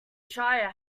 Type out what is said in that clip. shire